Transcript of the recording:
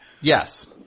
Yes